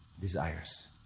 desires